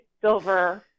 silver